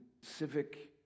civic